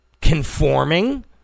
conforming